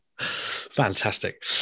Fantastic